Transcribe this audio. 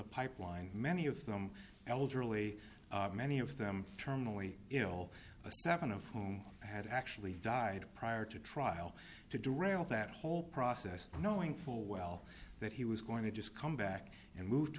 pipeline many of them elderly many of them terminally ill seven of whom had actually died prior to trial to darrelle that whole process knowing full well that he was going to just come back and move to